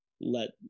let